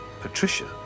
Patricia